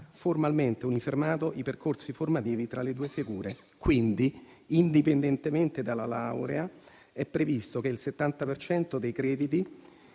formalmente uniformato i percorsi formativi tra le due figure. Pertanto, indipendentemente dalla laurea, è previsto che il 70 per cento